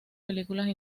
películas